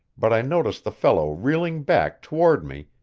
but i noticed the fellow reeling back toward me,